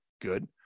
Good